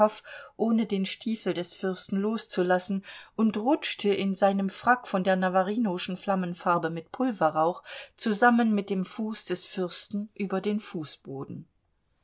ohne den stiefel des fürsten loszulassen und rutschte in seinem frack von der navarinoschen flammenfarbe mit pulverrauch zusammen mit dem fuß des fürsten über den fußboden